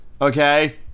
Okay